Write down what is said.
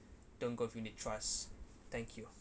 don't go for unit trust thank you